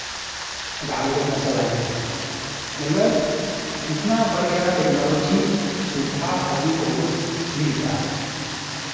गाड़ी को अपना चलाइए मतलब इतना बढ़ गया टेक्नोलॉजी कि सुविधा आदमी को बहुत मिल गया